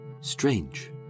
strange